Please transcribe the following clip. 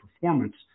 performance